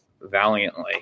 valiantly